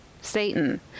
Satan